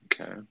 Okay